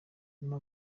nyuma